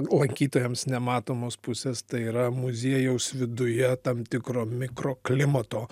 lankytojams nematomos pusės tai yra muziejaus viduje tam tikro mikroklimato